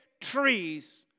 trees